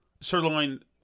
Sirloin